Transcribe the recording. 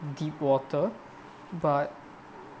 deep water but